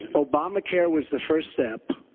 obamacare was the first step,